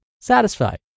satisfied